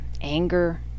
anger